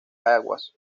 aguas